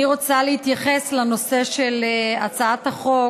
אני רוצה להתייחס לנושא של הצעת החוק